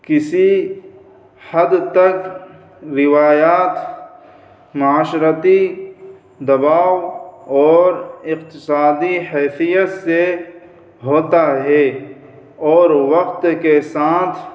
کسی حد تک روایات معاشرتی دباؤ اور اقتصادی حیثیت سے ہوتا ہے اور وقت کے ساتھ